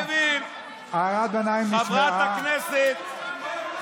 שעון, כן, בסדר.